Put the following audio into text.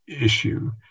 issue